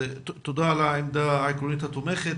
תודה על העמדה העקרונית התומכת.